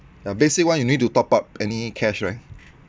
ya basic one you need to top up any cash right